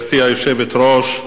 גברתי היושבת-ראש,